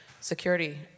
security